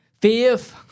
fifth